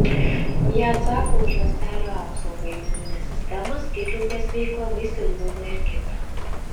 jie atsako už ląstelių apsaugą imuninę sistemą skydliaukės veiklą vaisingumą ir kita